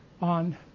on